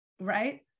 Right